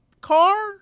car